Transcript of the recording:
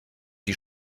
die